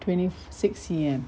twenty six C_M